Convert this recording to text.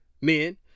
Men